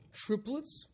triplets